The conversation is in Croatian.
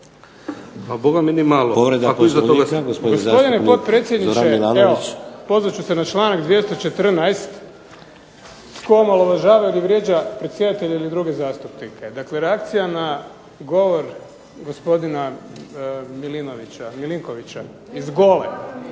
Zoran (SDP)** Gospodine potpredsjedniče, pozvat ću se na članak 214., tko omalovažava ili vrijeđa predsjedatelje ili druge zastupnike. Dakle, reakcija na govor gospodina Milinkovića iz